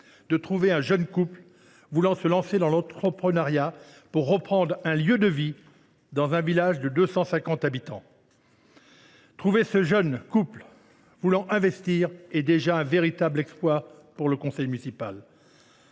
de trouver un jeune couple voulant se lancer dans l’entrepreneuriat pour reprendre un lieu de vie, dans un village de 254 habitants ! Trouver ce jeune couple souhaitant investir est déjà une véritable prouesse pour le conseil municipal